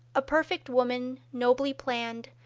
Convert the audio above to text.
a perfect woman nobly planned,